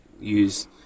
use